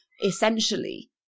essentially